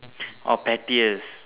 oh pettiest